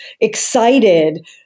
excited